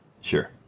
Sure